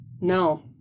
no